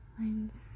Mine's